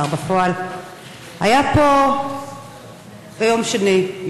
השר בפועל היה פה ביום שני,